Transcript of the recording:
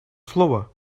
слово